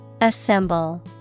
Assemble